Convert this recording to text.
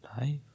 life